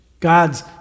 God's